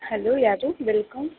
hello ಯಾರು welcome